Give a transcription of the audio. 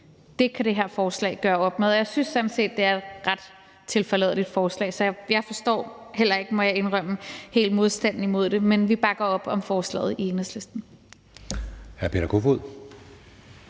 Det kan det her forslag gøre op med, og jeg synes sådan set, det er et ret tilforladeligt forslag. Så jeg forstår heller ikke, må jeg indrømme, helt modstanden imod det. Vi bakker op om forslaget i Enhedslisten.